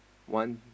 one